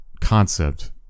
concept